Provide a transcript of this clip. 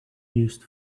used